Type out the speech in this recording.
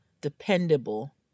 dependable